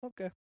Okay